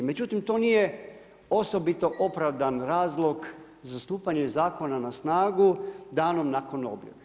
Međutim to nije osobito opravdan razlog za stupanje zakona na snagu danom nakon objave.